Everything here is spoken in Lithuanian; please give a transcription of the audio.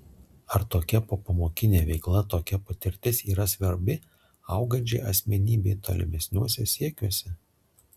ar tokia popamokinė veikla tokia patirtis yra svarbi augančiai asmenybei tolimesniuose siekiuose